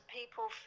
people